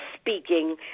speaking